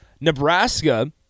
Nebraska